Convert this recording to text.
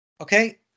Okay